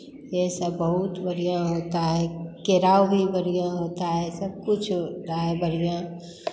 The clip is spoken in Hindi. ये सब बहुत बढ़ियाँ होता है केराउ भी बढ़ियाँ होता है सब कुछ हो रहा है बढ़ियाँ